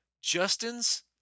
Justin's